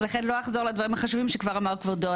לכן לא אחזור על הדברים החשובים שכבר אמר כבודו.